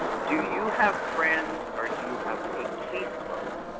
do you have friends or do you have a caseload?